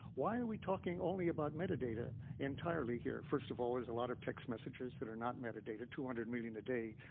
why are we talking only about metadata entirely here? first of all, there's a lot of text messages that are not metadata, two hundred million a day,